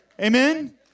Amen